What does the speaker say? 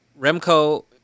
Remco